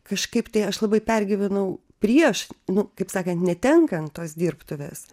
kažkaip tai aš labai pergyvenau prieš nu kaip sakant netenkan tos dirbtuvės